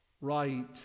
right